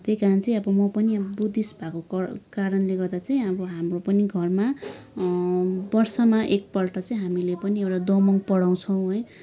त्यही कारण चाहिँ अब म पनि अब बुद्धिस्ट भएको कारणले गर्दा चाहिँ अब हाम्रो पनि घरमा वर्षमा एकपल्ट चाहिँ हामीले एउटा दोमङ पढाउँछौ है